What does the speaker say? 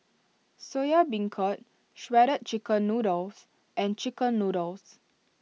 Soya Beancurd Shredded Chicken Noodles and Chicken Noodles